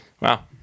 Wow